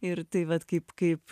ir tai vat kaip kaip